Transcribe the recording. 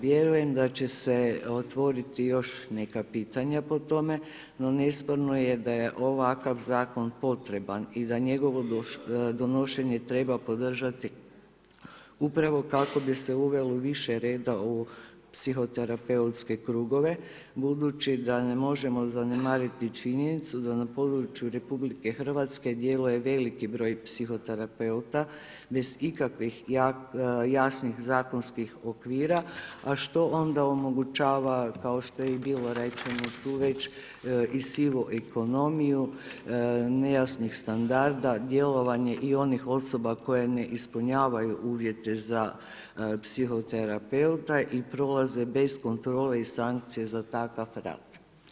Vjerujem da će se otvoriti još neka pitanja po tome, no nesporno je da je ovakav zakon potreban i da njegovo donošenje treba podržati upravo kako bi se uvelo više reda u psihoterapeutske krugove, budući da ne možemo zanemariti činjenicu da na području RH djeluje veliki broj psihoterapeuta, bez ikakvih jasnih zakonskih okvira, a što onda omogućava, kao što je i bilo rečeno tu već i sivu ekonomiju, nejasnih standarda, djelovanje i onih osoba koje ne ispunjavaju uvjete za psihoterapeuta i prolaze bez kontrole i sankcija za takav rad.